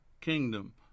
kingdom